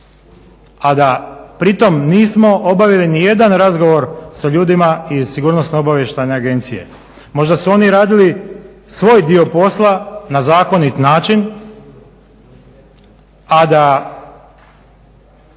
a da pritom nismo obavili ni jedan razgovor sa ljudima iz Sigurnosno-obavještajne agencije. Možda su oni radili svoj dio posla na zakonit način, a da